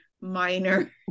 minor